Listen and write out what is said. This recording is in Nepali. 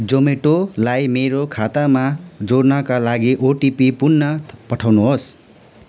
जोम्याटोलाई मेरो खातामा जोड्नका लागि ओटिपी पुन पठाउनुहोस्